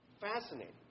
Fascinating